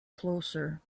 closer